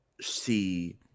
see